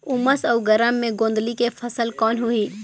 उमस अउ गरम मे गोंदली के फसल कौन होही?